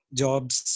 jobs